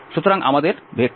সুতরাং আমাদের Fআছে